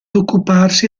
occuparsi